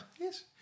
Yes